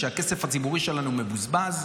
שהכסף הציבורי שלנו מבוזבז.